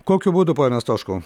kokiu būdu pone stoškau